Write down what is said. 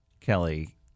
Kelly